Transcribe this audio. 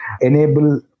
enable